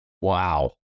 Wow